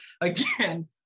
again